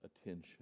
attention